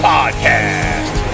Podcast